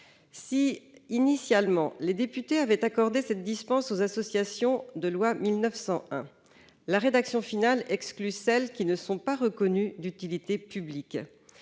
Si, initialement, les députés avaient accordé cette dispense aux associations loi 1901, la rédaction finale exclut celles qui ne sont pas reconnues d'utilité publique.